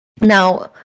now